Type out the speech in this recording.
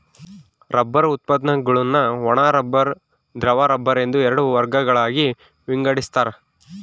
rubber ಉತ್ಪನ್ನಗುಳ್ನ ಒಣ rubber ದ್ರವ ರಬ್ಬರ್ ಎಂದು ಎರಡು ಮುಖ್ಯ ವರ್ಗಗಳಾಗಿ ವಿಂಗಡಿಸ್ತಾರ